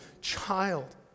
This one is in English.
child